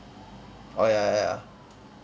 oh ya ya